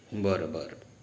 बरं बरं